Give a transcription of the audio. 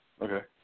Okay